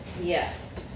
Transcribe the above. Yes